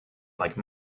like